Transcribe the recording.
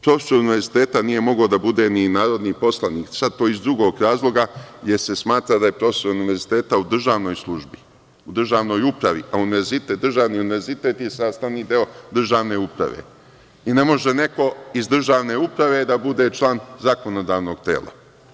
Profesor univerziteta nije mogao da bude ni narodni poslanik, sada iz drugog razloga, jer se smatra da je profesor univerziteta u državnoj službi, u državnoj upravi, a državni univerzitet je sastavni deo državne uprave i ne može neko iz državne uprave da bude član zakonodavnog tela.